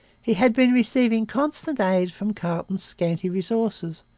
he had been receiving constant aid from carleton's scanty resources,